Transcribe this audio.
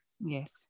Yes